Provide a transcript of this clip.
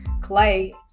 clay